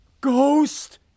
Ghost